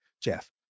Jeff